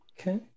Okay